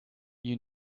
you